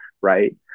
right